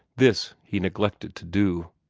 this he neglected to do.